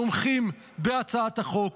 תומכים בהצעת החוק,